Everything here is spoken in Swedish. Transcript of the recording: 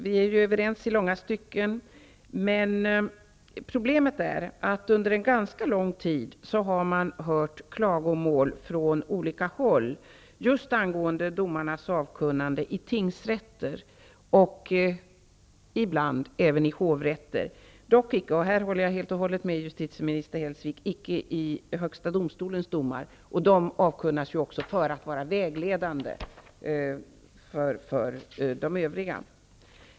Vi är i långa stycken överens, men problemet är att man under en ganska lång tid har hört klagomål från olika håll angående domarnas avkunnande i tingsrätter och ibland även i hovrätter, dock inte angående Högsta domstolens domar -- där håller jag helt och hållet med justitieministern. De avkunnas ju också för att vara vägledande för de övriga.